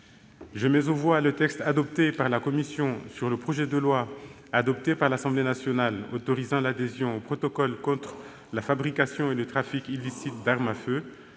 Je mets aux voix le texte adopté par la commission sur le projet de loi, adopté par l'Assemblée nationale, autorisant l'adhésion au protocole contre la fabrication et le trafic illicites d'armes à feu,